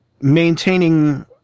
maintaining